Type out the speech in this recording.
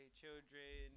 children